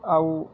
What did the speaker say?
ଆଉ